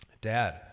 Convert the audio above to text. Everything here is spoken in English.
dad